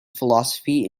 philosophy